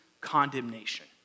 condemnation